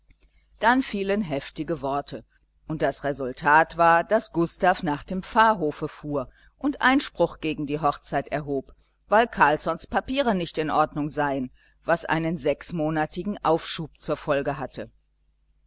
dann fielen heftige worte und das resultat war daß gustav nach dem pfarrhofe fuhr und einspruch gegen die hochzeit erhob weil carlssons papiere nicht in ordnung seien was einen sechsmonatigen aufschub zur folge hatte